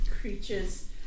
creatures